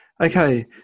Okay